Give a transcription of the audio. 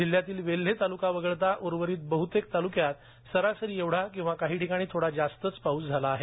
जिल्हयातील वेल्हे ताल्का वगळता उर्वरित बहतेक ताल्क्यात सरासरीएवढा किंवा काही ठिकाणी थोडा जास्तच पाऊस झाला आहे